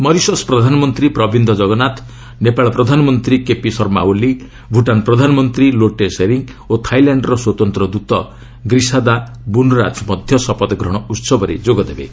Mauritius ପ୍ରଧାନମନ୍ତ୍ରୀ ପ୍ରବିନ୍ଦ ଜଗନ୍ନାଥ ନେପାଳ ପ୍ରଧାନମନ୍ତ୍ରୀ କେପି ଶର୍ମା ଓଲି ଭୁଟାନ ପ୍ରଧାନମନ୍ତ୍ରୀ ଲୋଟେ ଶେରିଙ୍ଗ୍ ଓ ଥାଇଲ୍ୟାଣ୍ଡର ସ୍ୱତନ୍ତ ଦୂତ ଗ୍ରୀସାଦା ବୁନରାଚ୍ ମଧ୍ୟ ଶପଥ ଗ୍ରହଣ ଉହବରେ ଯୋଗ ଦେବେ